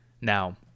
now